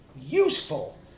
useful